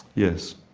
yes.